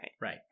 right